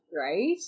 Right